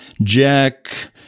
Jack